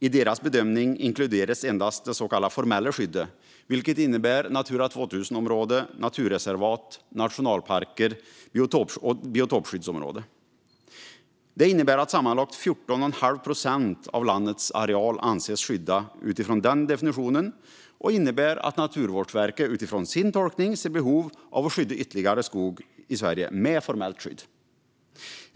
I dess bedömning inkluderas endast det så kallade formella skyddet, vilket innebär Natura 2000-områden, naturreservat, nationalparker och biotopskyddsområden. Det innebär att sammanlagt 14,5 procent av landets areal anses skyddad utifrån denna definitionen, och det i sin tur innebär att Naturvårdsverket utifrån sin tolkning ser behov av att skydda ytterligare skog i Sverige med formellt skydd.